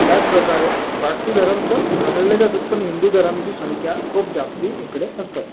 त्याचप्रकारे बाकी धर्म पण आढळले जातात पण हिंदू धर्माची संख्या खूप जास्ती इकडे असतात